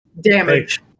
Damage